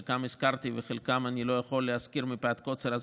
את חלקם הזכרתי ואת חלקם אני לא יכול להזכיר מפאת קוצר הזמן.